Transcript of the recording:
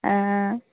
অঁ